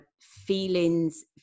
feelings